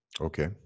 okay